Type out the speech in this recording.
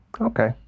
Okay